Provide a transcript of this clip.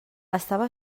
estava